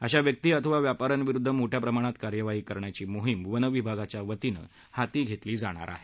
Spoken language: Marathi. अशा व्यक्ती अथवा व्यापाऱ्यांविरुध्द मोठया प्रमाणात कार्यवाही करण्याची मोहिम वन विभागाच्या वतीनं हाती घेतली जाणार आहे